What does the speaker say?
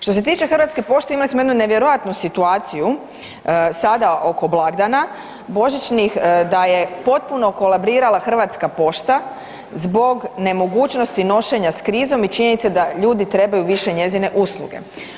Što se tiče Hrvatske pošte imali smo jednu nevjerojatnu situaciju sada oko blagdana božićnih da je potpuno kolabirala Hrvatska pošta zbog nemogućnosti nošenja s krizom i činjenice da ljudi trebaju više njezine usluge.